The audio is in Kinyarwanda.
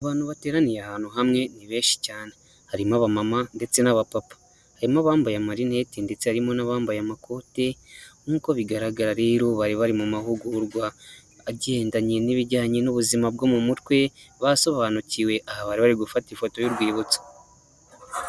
Abantu bateraniye ahantu hamwe ni benshi cyane harimo aba mama ndetse n'aba papa harimo abambaye amarinete ndetse harimo n'abambaye amakoti nk'uko bigaragara rero bari bari mu mahugurwa agengendanye n'ibijyanye n'ubuzima bwo mu mutwe basobanukiwe aha bari bari gufata ifoto y'urwibutso.